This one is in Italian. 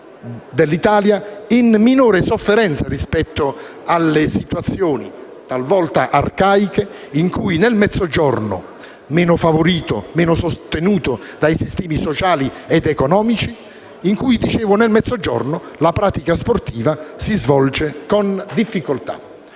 dell'Italia in minore sofferenza rispetto alle situazioni, talvolta arcaiche, in cui nel Mezzogiorno, meno favorito e sostenuto dai sistemi sociali ed economici, la pratica sportiva si svolge con difficoltà.